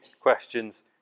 questions